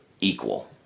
equal